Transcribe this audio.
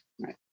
right